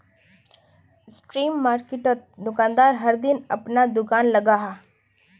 street मार्किटोत दुकानदार हर दिन अपना दूकान लगाहा